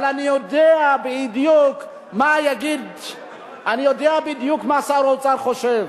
אבל אני יודע בדיוק מה שר האוצר חושב.